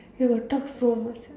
you got talk so much ah